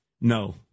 No